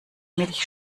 milch